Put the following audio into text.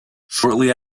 shortly